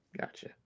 Gotcha